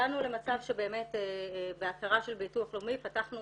הגענו למצב שבאמת בהכרה של ביטוח לאומי פתחנו